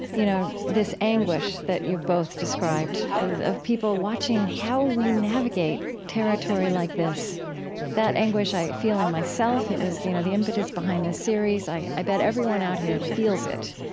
you know this anguish that you've both described of people watching how we navigate territory like this that anguish i feel in myself. it was you know the impetus behind this series. i i bet everyone out here feels it.